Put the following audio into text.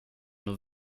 nur